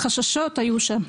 החששות היו שם.